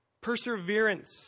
Perseverance